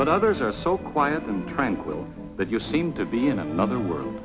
but others are so quiet and tranquil that you seem to be in another world